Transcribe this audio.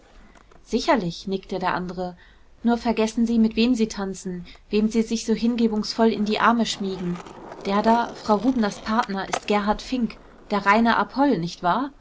sicherlich nickte der andere nur vergessen sie mit wem sie tanzen wem sie sich so hingebungsvoll in die arme schmiegen der da frau rubners partner ist gerhard fink der reine apoll nicht wahr